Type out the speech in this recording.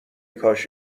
کاش